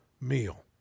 meal